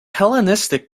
hellenistic